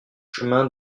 chemin